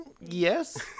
Yes